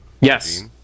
yes